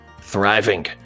thriving